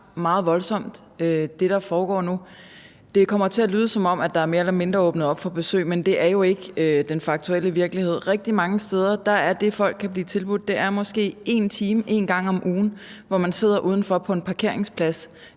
nu, er meget voldsomt. Det kommer til at lyde, som om der mere eller mindre er åbnet op for besøg, men det er jo ikke den faktuelle virkelighed. Rigtig mange steder er det, folk kan blive tilbudt, måske en time en gang om ugen, hvor man sidder udenfor på en parkeringsplads